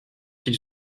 ils